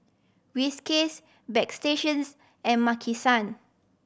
Whiskas Bagstationz and Maki San